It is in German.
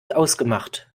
ausgemacht